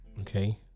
okay